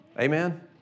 Amen